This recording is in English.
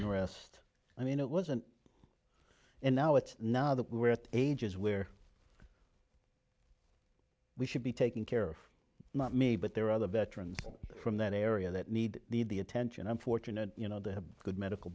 unrest i mean it wasn't and now it's now that we're at ages where we should be taking care of me but there are other veterans from that area that need the attention i'm fortunate you know they have good medical